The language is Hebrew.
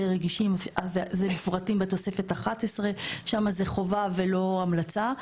רגישים אז הם מפורטים בתוספת 2011. שם זה חובה ולא המלצה.